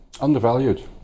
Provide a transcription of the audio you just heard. Undervalued